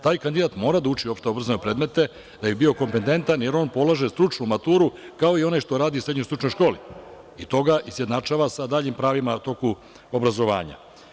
Taj kandidat mora da uči opšte obrazovne predmete da bi bio kompetentan, jer on polaže stručnu maturu, kao i onaj što radi u srednjoj stručnoj školi i to ga izjednačava sa pravima u toku obrazovanja.